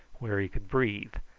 where he could breathe,